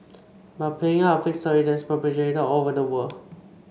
but playing up a fake story that is perpetuated all over the world